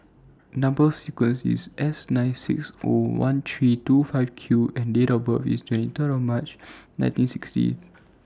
Number sequence IS S nine six O one three two five Q and Date of birth IS twenty three March nineteen sixty